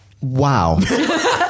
Wow